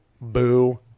Boo